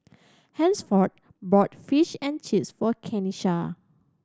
Hansford bought Fish and Chips for Kenisha